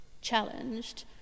challenged